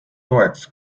toeks